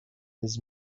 his